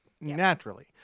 naturally